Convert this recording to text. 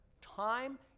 time